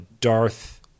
Darth